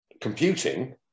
computing